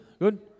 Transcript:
Good